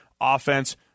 offense